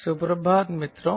सुप्रभात मित्रों